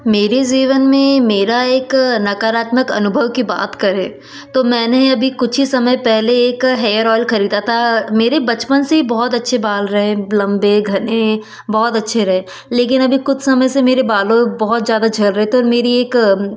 मेरे जीवन में मेरा एक नकारात्मक अनुभव की बात करें तो मैंने अभी कुछ ही समय पहले एक हेयर ओएल ख़रीदा था मेरे बचपन से ही बहुत अच्छे बाल रहे लम्बे घने बहुत अच्छे रहे लेकिन अभी कुछ समय से मेरे बालों बहुत ज़्यादा झड़ रहे तो मेरी एक